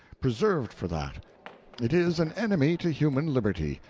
preserved for that it is an enemy to human liberty,